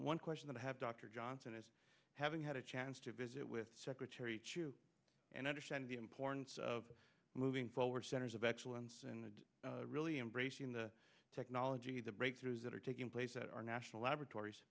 one question that i have dr johnson is having had a chance to visit with secretary chu and understand the importance of moving forward centers of excellence and really embracing the technology the breakthroughs that are taking place at our national laboratories